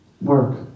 work